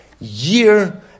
year